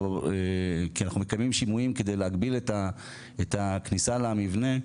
כי אנחנו מקיימים שימועים כדי להגביל את הכניסה למבנה בז'